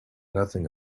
nothing